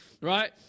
right